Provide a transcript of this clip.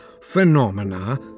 phenomena